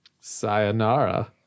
Sayonara